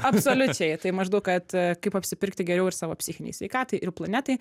absoliučiai tai maždaug kad kaip apsipirkti geriau ir savo psichinei sveikatai ir planetai